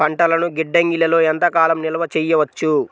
పంటలను గిడ్డంగిలలో ఎంత కాలం నిలవ చెయ్యవచ్చు?